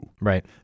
Right